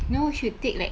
no should take like